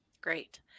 Great